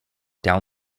down